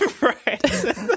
right